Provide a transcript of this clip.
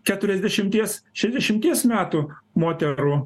keturiasdešimties šešdešimties metų moterų